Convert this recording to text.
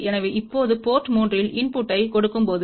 எனவே இப்போது போர்ட் 3 இல் இன்புட்டைக் கொடுக்கும்போது